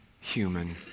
human